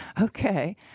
Okay